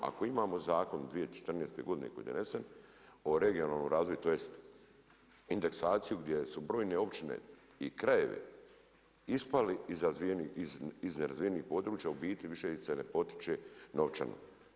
Ako imamo zakon 2014. godine koji je donesen o regionalnom razvoju, tj. indeksaciju gdje su brojne općine i krajevi ispali iz nerazvijenih područja, u biti više ih se ne potiče novčano.